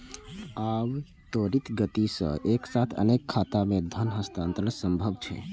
आब त्वरित गति सं एक साथ अनेक खाता मे धन हस्तांतरण संभव छै